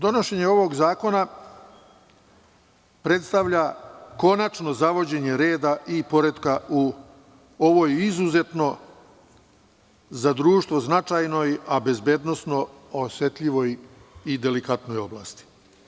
Donošenje ovog zakona predstavlja konačno zavođenje reda i poretka u ovoj izuzetno za društvo značajnoj, a bezbednosno osetljivoj i delikatnoj oblasti.